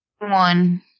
One